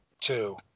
two